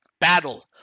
battle